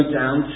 down